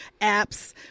apps